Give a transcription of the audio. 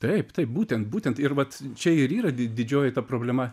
taip taip būtent būtent ir vat čia ir yra didžioji ta problema